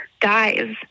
Dies